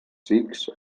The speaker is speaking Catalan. sikhs